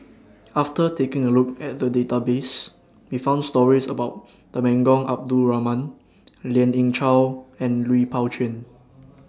after taking A Look At The Database We found stories about Temenggong Abdul Rahman Lien Ying Chow and Lui Pao Chuen